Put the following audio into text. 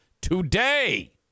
today